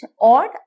odd